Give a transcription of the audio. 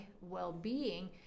well-being